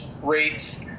rates